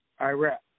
Iraq